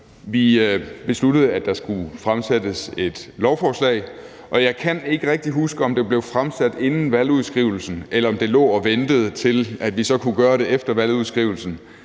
Vi besluttede, at der skulle fremsættes et lovforslag, og jeg kan ikke rigtig huske, om det blev fremsat inden valgudskrivelsen, eller om det lå og ventede, til vi så kunne gøre det efter valget,